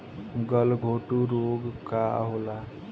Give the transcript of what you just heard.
गलघोटू रोग का होला?